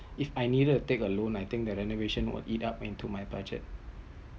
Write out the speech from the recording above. if I needed to take a loan I think the renovation will eat up into my budget